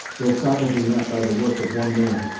though probably not by the work of one man,